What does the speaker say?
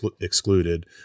excluded